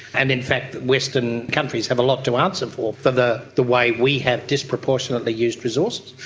and in fact western countries have a lot to answer for, for the the way we have disproportionately used resources.